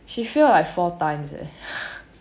she fail like four times leh